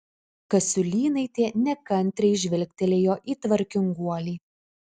kasiulynaitė nekantriai žvilgtelėjo į tvarkinguolį